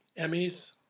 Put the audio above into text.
Emmys